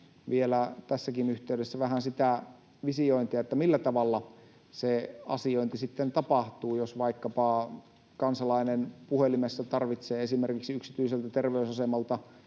vielä tässäkin yhteydessä vähän sitä visiointia, millä tavalla se asiointi sitten tapahtuu, jos vaikkapa kansalaisen puhelimessa tarvitsee esimerkiksi yksityiseltä terveysasemalta